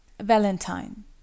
Valentine